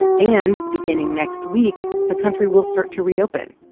and beginning next week, the country will start to reopen.